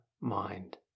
mind